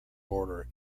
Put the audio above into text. border